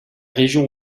région